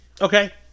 Okay